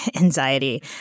anxiety